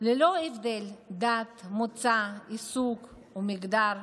ללא הבדלי דת, מוצא, עיסוק ומגדר.